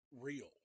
real